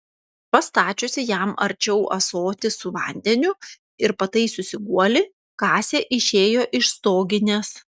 pastačiusi jam arčiau ąsotį su vandeniu ir pataisiusi guolį kasė išėjo iš stoginės